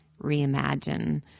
reimagine